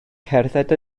cerdded